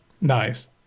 Nice